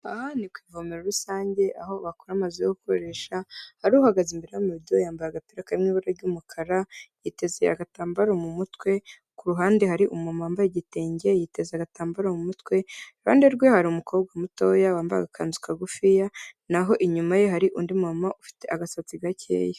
Aha ni ku ivomero rusange aho bakura amazi yo gukoresha, hari uhagaze imbere y'amabido yambaye agapira kari ibara ry'umukara yiteze agatambaro mu mutwe, ku ruhande hari umumama wambaye igitenge yiteze agatambaro mu mutwe, iruhande rwe hari umukobwa mutoya wambaye agakanzu kagufiya, na ho inyuma ye hari undi mumama ufite agasatsi gakeya.